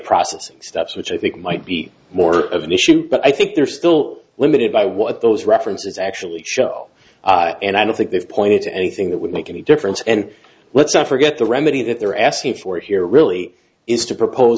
processing steps which i think might be more of an issue but i think they're still limited by what those references actually show and i don't think they've pointed to anything that would make any difference and let's not forget the remedy that they're asking for here really is to propose